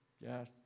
Yes